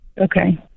Okay